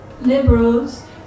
liberals